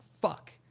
fuck